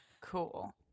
Cool